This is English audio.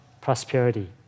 prosperity